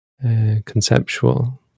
conceptual